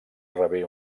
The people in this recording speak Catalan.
rebé